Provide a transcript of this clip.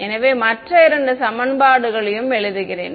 எனவே மற்ற இரண்டு சமன்பாடுகளையும் எழுதுகிறேன்